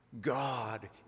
God